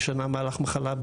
משנה מהלך מחלה,